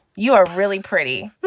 you are really pretty,